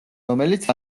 რომელიც